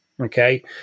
okay